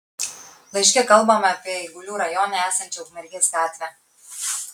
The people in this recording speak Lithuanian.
laiške kalbama apie eigulių rajone esančią ukmergės gatvę